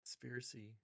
Conspiracy